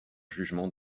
jugement